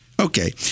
Okay